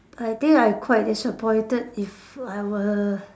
I think I quite disappointed if I were